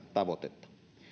tavoitetta